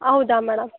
ಹೌದಾ ಮೇಡಮ್